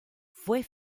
fue